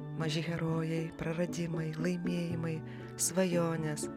maži herojai praradimai laimėjimai svajonės